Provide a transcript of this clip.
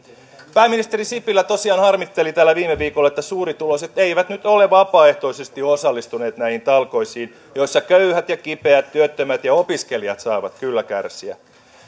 pääministeri sipilä tosiaan harmitteli täällä viime viikolla että suurituloiset eivät nyt ole vapaaehtoisesti osallistuneet näihin talkoisiin joissa köyhät ja kipeät työttömät ja opiskelijat saavat kyllä kärsiä